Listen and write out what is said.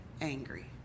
angry